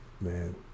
Man